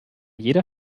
jeder